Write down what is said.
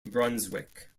brunswick